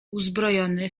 uzbrojony